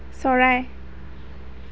চৰাই